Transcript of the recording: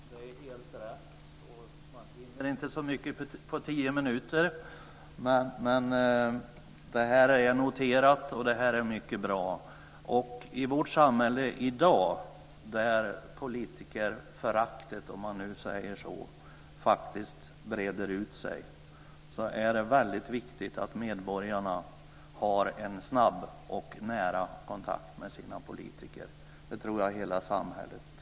Fru talman! Det är helt rätt. Man hinner inte så mycket på tio minuter. Men detta är noterat och det är mycket bra. I vårt samhälle i dag, där politikerföraktet, om man säger så, faktiskt breder ut sig är det väldigt viktigt att medborgarna har en snabb och nära kontakt med sina politiker. Det tror jag att hela samhället tjänar på.